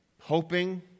hoping